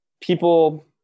people